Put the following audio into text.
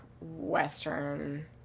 Western